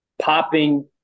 popping